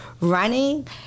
running